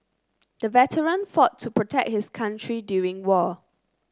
the veteran fought to protect his country during war